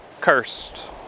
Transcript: cursed